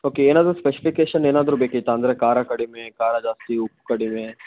okay ಏನಾದರೂ specification ಏನಾದರೂ ಬೇಕಿತ್ತಾ ಅಂದರೆ ಖಾರ ಕಡಿಮೆ ಖಾರ ಜಾಸ್ತಿ ಉಪ್ಪು ಕಡಿಮೆ